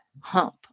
hump